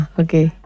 okay